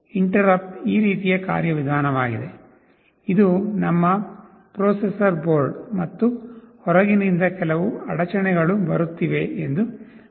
interrupt ಈ ರೀತಿಯ ಕಾರ್ಯವಿಧಾನವಾಗಿದೆ ಇದು ನಮ್ಮ ಪ್ರೊಸೆಸರ್ ಬೋರ್ಡ್ ಮತ್ತು ಹೊರಗಿನಿಂದ ಕೆಲವು ಅಡಚಣೆಗಳು ಬರುತ್ತಿವೆ ಎಂದು ಭಾವಿಸೋಣ